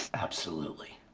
absolutely.